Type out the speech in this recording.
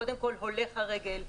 קודם כול הולך הרגל,